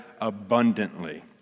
abundantly